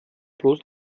bloß